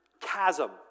chasm